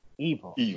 Evil